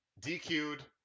DQ'd